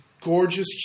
gorgeous